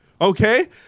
okay